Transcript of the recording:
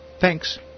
Thanks